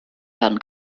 werden